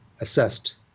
assessed